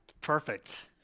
perfect